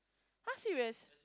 !huh! serious